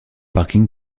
parking